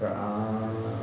err